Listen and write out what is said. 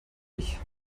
ich